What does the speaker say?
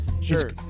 Sure